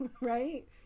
right